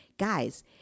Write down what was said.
guys